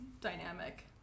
dynamic